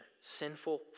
sinful